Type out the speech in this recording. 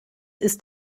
ist